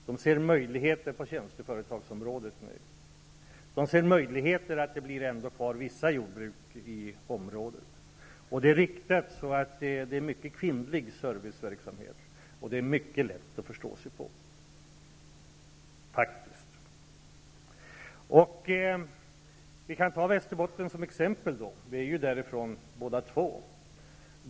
De ser möjligheter på tjänsteföretagsområdet. De ser möjligheter för att vissa jordbruk ändå blir kvar i området. Det är inriktat på mycket kvinnlig serviceverksamhet. Det är faktiskt mycket lätt att förstå sig på. Vi kan ta Västerbotten som exempel. Vi är ju därifrån båda två.